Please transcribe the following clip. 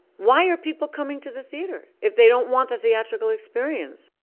why are people coming to the theater if they don't want the theatrical experience?